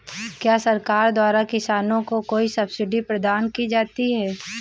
क्या सरकार द्वारा किसानों को कोई सब्सिडी प्रदान की जाती है?